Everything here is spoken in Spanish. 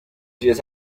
diez